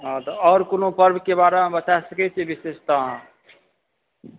आओर कोनो पर्वके बारेमे बता सकै छिए विशेषता अहाँ